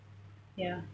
ya